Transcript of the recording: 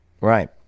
Right